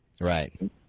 Right